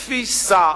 תפיסה,